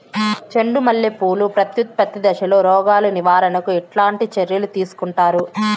చెండు మల్లె పూలు ప్రత్యుత్పత్తి దశలో రోగాలు నివారణకు ఎట్లాంటి చర్యలు తీసుకుంటారు?